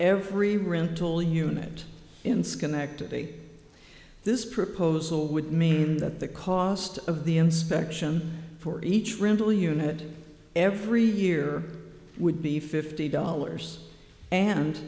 every rental unit in schenectady this proposal would mean that the cost of the inspection for each rental unit every year would be fifty dollars and